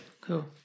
Cool